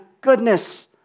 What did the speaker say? goodness